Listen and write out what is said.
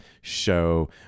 show